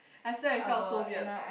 I swear I felt so weird